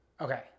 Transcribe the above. Okay